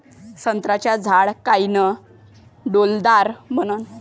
संत्र्याचं झाड कायनं डौलदार बनन?